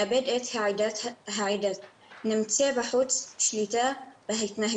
הוא מאבד את העדה, הוא נמצא מחוץ לשליטה בהתנהגות,